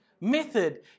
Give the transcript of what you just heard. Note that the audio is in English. method